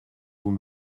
vous